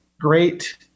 great